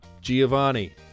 Giovanni